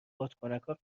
بادکنکا